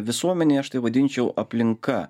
visuomenei aš tai vadinčiau aplinka